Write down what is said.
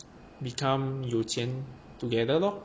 become 有钱 together lor